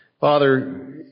Father